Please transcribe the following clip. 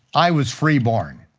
i was free-born.